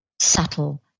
subtle